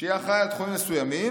שיהיה אחראי על תחומים מסוימים",